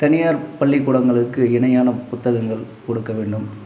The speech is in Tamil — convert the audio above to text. தனியார் பள்ளிக்கூடங்களுக்கு இணையான புத்தகங்கள் கொடுக்க வேண்டும்